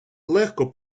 легко